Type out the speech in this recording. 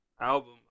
album